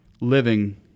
living